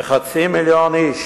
כחצי מיליון איש,